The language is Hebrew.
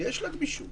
יש לה גמישות.